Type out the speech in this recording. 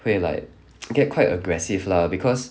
会 like get quite aggressive lah because